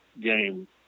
game